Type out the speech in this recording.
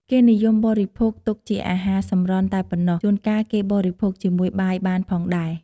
គេនិយមបរិភោគទុកជាអាហារសម្រន់តែប៉ុណ្ណោះ ជួលកាលគេបរិភោគជាមួយបាយបានផងដែរ។